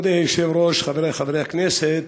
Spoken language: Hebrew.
כבוד היושב-ראש, חברי חברי הכנסת,